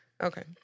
Okay